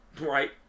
Right